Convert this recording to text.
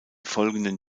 folgenden